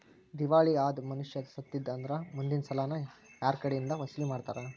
ದಿವಾಳಿ ಅದ್ ಮನಷಾ ಸತ್ತಿದ್ದಾ ಅಂದ್ರ ಮುಂದಿನ್ ಸಾಲಾನ ಯಾರ್ಕಡೆಇಂದಾ ವಸೂಲಿಮಾಡ್ತಾರ?